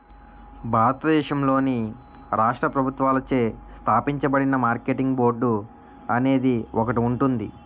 భారతదేశంలోని రాష్ట్ర ప్రభుత్వాలచే స్థాపించబడిన మార్కెటింగ్ బోర్డు అనేది ఒకటి ఉంటుంది